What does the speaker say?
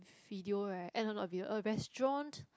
video right and not not video a restaurant